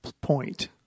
point